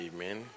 Amen